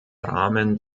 rahmen